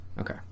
Okay